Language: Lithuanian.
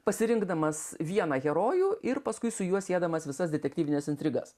pasirinkdamas vieną herojų ir paskui su juo siedamas visas detektyvines intrigas